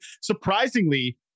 surprisingly